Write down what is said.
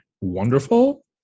wonderful